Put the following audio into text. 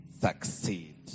succeed